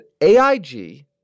AIG